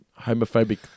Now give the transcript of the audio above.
homophobic